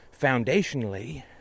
foundationally